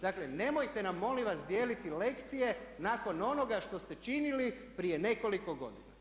Dakle, nemojte nam molim vas dijeliti lekcije nakon onoga što ste činili prije nekoliko godina.